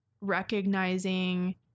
recognizing